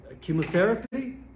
chemotherapy